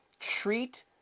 Treat